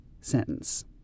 sentence